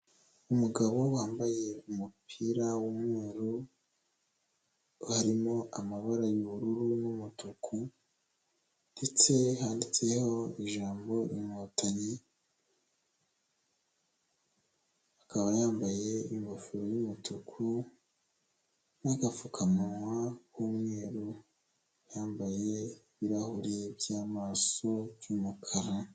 Umugabo wambaye umupira w'umweru, harimo amabara y'ubururu n'umutuku ndetse handitseho ijambo inkotanyi, akaba yambaye ingofero y'umutuku n'agapfukamunwa k'umweru, yambaye ibirahuri by'amaso by'umukara.